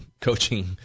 Coaching